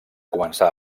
començar